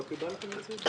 לא קיבלתם את זה?